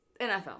NFL